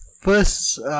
first